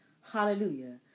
Hallelujah